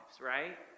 right